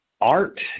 art